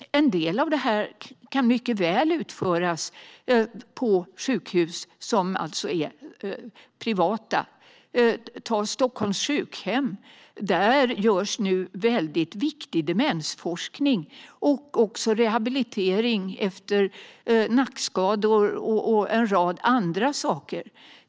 En del av detta kan mycket väl utföras på sjukhus som är privata. På Stockholms sjukhem görs nu väldigt viktig demensforskning och också rehabilitering efter nackskador och annat.